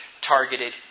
targeted